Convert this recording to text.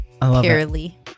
Purely